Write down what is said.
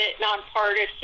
nonpartisan